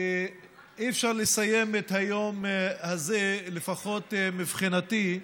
כי אי-אפשר לסיים את היום הזה, לפחות מבחינתי,